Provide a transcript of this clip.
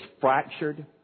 fractured